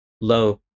Low